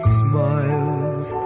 smiles